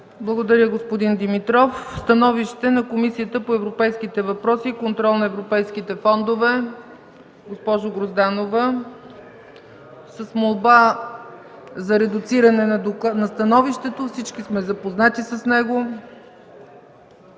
Благодаря, господин Димитров. Становището на Комисията по европейските въпроси и контрол на европейските фондове. Госпожа Грозданова, с молба за редуциране на становището. Всички сме запознати с него.